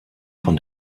von